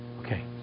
Okay